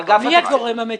מי הגורם המתקצב?